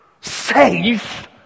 Safe